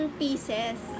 pieces